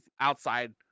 outside